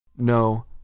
No